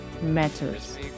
matters